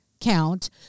count